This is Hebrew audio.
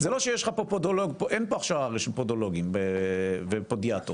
אין פה הכשרה של פדולוגים ופודיאטרים.